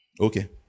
Okay